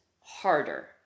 harder